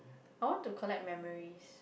I want to collect memories